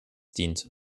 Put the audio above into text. dient